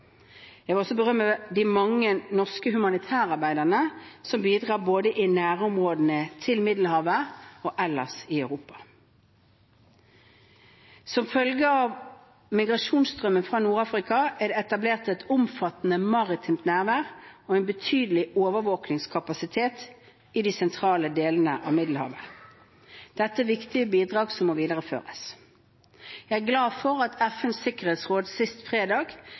Jeg vil også berømme de mange norske humanitærarbeidere som bidrar både i nærområdene til Middelhavet og ellers i Europa. Som følge av migrasjonsstrømmen fra Nord-Afrika er det etablert et omfattende maritimt nærvær og en betydelig overvåkningskapasitet i de sentrale delene av Middelhavet. Dette er viktige bidrag som må videreføres. Jeg er glad for at FNs sikkerhetsråd sist fredag